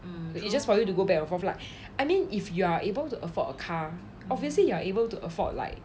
is just for you to go back to your flat I mean if you are able to afford a car obviously you are able to afford like